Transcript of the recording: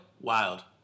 Wild